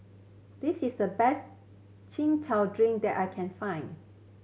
this is the best Chin Chow drink that I can find